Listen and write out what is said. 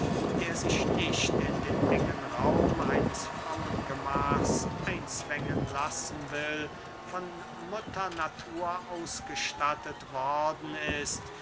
der sich nicht in den engen raum eines frauengemachs einzwängen lassen will von mutter natur ausgestattet worden ist